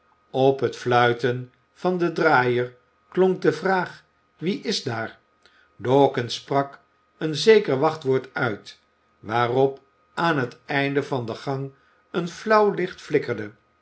op het fluiten van den draaier klonk de vraag wie daar dawkins sprak een zeker wachtwoord uit waarop aan het einde van den gang een flauw licht flikkerde